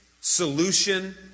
Solution